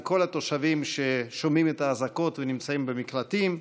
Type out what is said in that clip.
עם כל התושבים ששומעים את האזעקות ונמצאים במקלטים.